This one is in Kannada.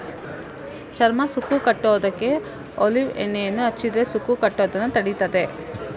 ಚರ್ಮ ಸುಕ್ಕು ಕಟ್ಟುದಕ್ಕೆ ಒಲೀವ್ ಎಣ್ಣೆಯನ್ನ ಹಚ್ಚಿದ್ರೆ ಸುಕ್ಕು ಕಟ್ಟುದನ್ನ ತಡೀತದೆ